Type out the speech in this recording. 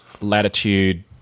Latitude